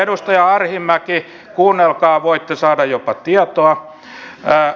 edustaja arhinmäki kuunnelkaa voitte saada jopa tietoa